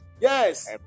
yes